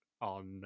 on